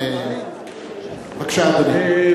בבקשה, אדוני.